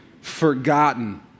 forgotten